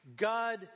God